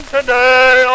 today